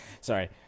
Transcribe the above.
Sorry